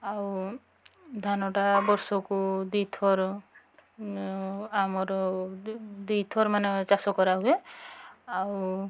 ଆଉ ଧାନଟା ବର୍ଷକୁ ଦୁଇଥର ଆମର ଦୁଇଥର ମାନେ ଚାଷ କରାହୁଏ ଆଉ